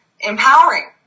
empowering